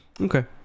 okay